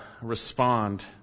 respond